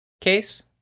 Case